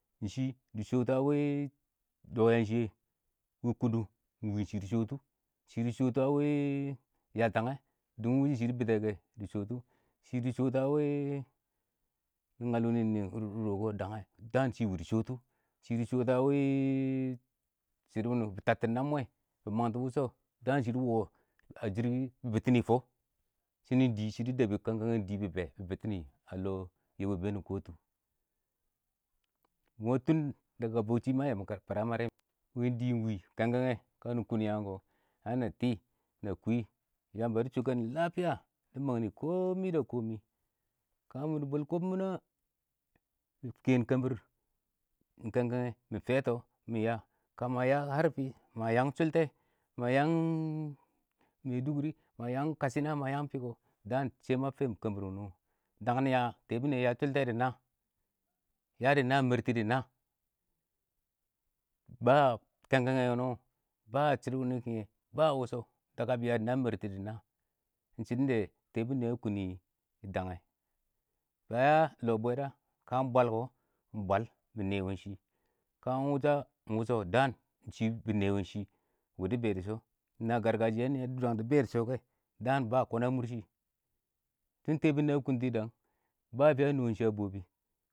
﻿Di shɪ dɪ shɔtɔ a wɪ dɔ yan shɪ yɛ, wɪ kʊdʊ ɪng wɪ shɪdʊ shɔtɔ, shɪ tɪ shɔ tɔ a wɪ yaltangɛ, kɔ ɪng wʊshɔ shɪ dɪ bɪtnbgɛ kɛ ɪng shɪ dɪ shɔtɔ ɪng shɪ dɪ shɔtʊ nɪ ngal nɪ rɔgɔ dangɛ, daan ɪng shɪ wɪ dɪ shɔtɔ ɪng shɪ dɪ shɔtʊ a wɪ bɪ tabtɪn nab mwɛ, daan shɪ dɪ bɪtɪnɪ, a shɪrkɪ,shɪnɪn dɪɪ, ɪng shɪ dɪ bɪtɪnɪ kɛnkɛngɛ a dɪ bɛ nɪ kɔ tʊ, mɔ tʊn daga bauchi ma yɛ fɪramarɪ kɛ, wɪ dɪ ɪmg wɪ, kɛnkɛngɛ wɪ dɪ ɪng wɪ, ya na kwɪ, bɛ dɪ shʊkɛ nɪ lafiya ɪng kɛ komi da komi kamurbul komuna yi kəmbir, ɪng kɛnkɛnge, nɪ fɛ tʊ, mi ya ka ma ya ngar fɪ, ka ma yang shʊltɛ, ka ma ya ngar mɛdʊgʊrɪ, ka ma yang kashɪna, ka ma yang fugo dang shɛ ma fɛm kəmbir wu nɔ. dang nɪya, tɛɛbʊn nɪyɛ ya shʊltɛ dɪ na yari na mɛrtɪ dɪ na, ba kɛnkɛngɛ wʊ nɪ,ba shɪdɔ wʊnɪ kɪngɛ, ba wʊshʊ, daga bi ya naa bɪ mɛrtɪ dɪ naa.ɪng shɪdɔn tɛɛbʊn nɪyɛ a kʊntɪ a dangɛ. Ma ya lɔ bwɛda, ka ɪng bwal kɔ ɪng bwal bɪ nɛwɛn ɪng shɪ. Ka ɪng wʊsha a? bɪ nɛ wɛ ɪng shɪ bwal.na gargashɪyan nɪyɛ dɪ bɛ dɪ shɔ kɛ, ba koɳ a mʊrshɪ.Tʊn Tɛɛbʊn nɪyɛ a kʊntɪ dangɛ, ba fɪ a nɔ ɪng shɪ ya bʊ bɛ.